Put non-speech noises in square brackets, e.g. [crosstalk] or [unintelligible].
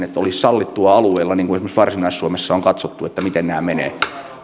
[unintelligible] että olisi sallittua alueella niin kuin esimerkiksi varsinais suomessa on katsottu miten nämä menevät